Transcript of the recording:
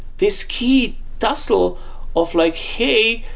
this key tussle of like, hey,